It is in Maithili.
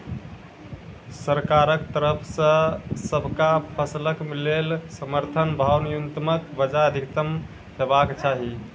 सरकारक तरफ सॅ सबटा फसलक लेल समर्थन भाव न्यूनतमक बजाय अधिकतम हेवाक चाही?